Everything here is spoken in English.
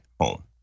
home